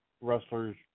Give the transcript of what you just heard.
wrestlers